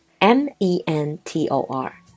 M-E-N-T-O-R